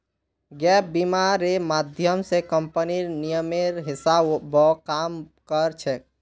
gap बीमा र माध्यम स कम्पनीर नियमेर हिसा ब काम कर छेक